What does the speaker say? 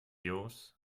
yours